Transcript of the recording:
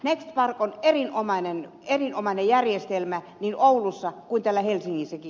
nextpark on erinomainen järjestelmä niin oulussa kuin täällä helsingissäkin